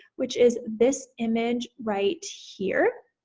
which is this image right here.